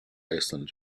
iceland